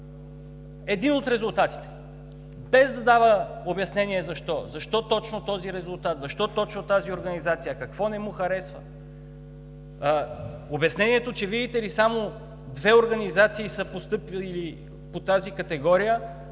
един от резултатите, без да дава обяснение защо. Защо точно този резултат, защо точно тази организация, какво не му харесва? Обяснението, че, видите ли, само две организации са постъпили по тази категория,